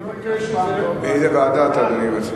איזו ועדה אתה מציע?